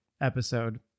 episode